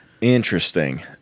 Interesting